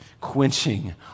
quenching